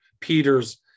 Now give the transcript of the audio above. Peter's